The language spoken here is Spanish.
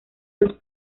los